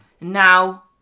Now